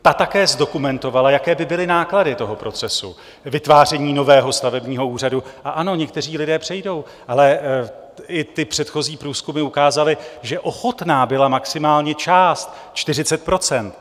Ta také zdokumentovala, jaké by byly náklady toho procesu vytváření nového stavebního úřadu ano, někteří lidé přejdou, ale i ty předchozí průzkumy ukázaly, že ochotná byla maximálně část, 40 %.